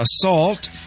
assault